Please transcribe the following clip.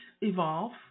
evolve